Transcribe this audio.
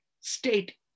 state